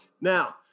Now